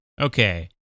okay